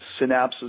synapses